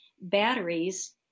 batteries